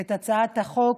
את הצעת החוק,